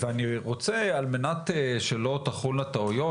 על מנת שלא תחולנה טעויות,